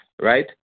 right